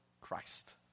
Christ